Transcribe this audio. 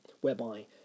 whereby